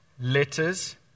letters